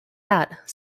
cat